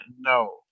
no